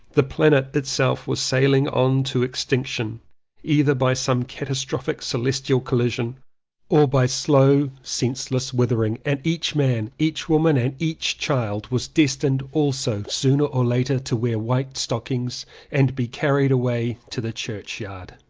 the planet itself was sailing on to extinction either by some catastrophic celestial collision or by slow senseless withering, and each man, each woman and each child was destined also sooner or later to wear white stockings and be carried away to the church yard.